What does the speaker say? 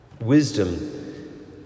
Wisdom